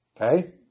Okay